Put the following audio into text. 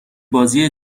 بازی